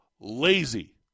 lazy